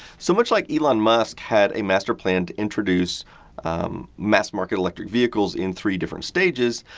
so, much like elon musk had a master plan to introduce mass market electric vehicles in three different stages,